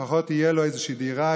שלפחות תהיה לו איזושהי דירה,